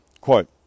Quote